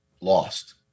lost